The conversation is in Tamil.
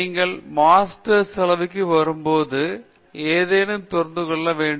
நீங்கள் மாஸ்டர் அளவிற்கு வரும்போது ஏதேனும் தெரிந்துகொள்ள வேண்டும்